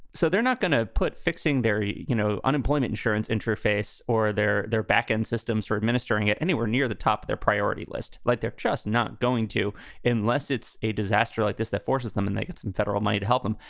so they're not going to put fixing their, you know, unemployment insurance interface or their their backend systems for administering it anywhere near the top of their priority list, like they're just not going to unless it's a disaster like this that forces them and they get some federal money to help them.